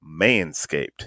Manscaped